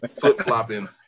flip-flopping